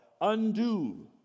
undo